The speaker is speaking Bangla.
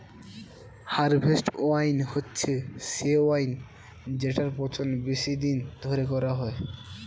হারভেস্ট ওয়াইন হচ্ছে সে ওয়াইন যেটার পচন বেশি দিন ধরে করা হয়